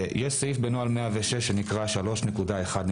יש סעיף בנוהל 106 שנקרא 3.1.2,